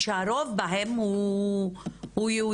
שהרוב בהן הוא יהודי.